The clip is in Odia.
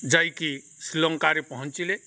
ଯାଇକି ଶ୍ରୀଲଙ୍କାରେ ପହଞ୍ଚିଲେ